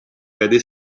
aider